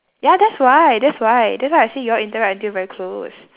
ya that's why that's why that's why I say y'all interact until very close